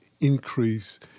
increase